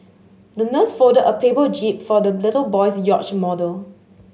the nurse folded a paper jib for the little boy's yacht model